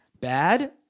bad